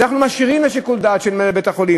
את זה אנחנו משאירים לשיקול דעת של מנהל בית-החולים.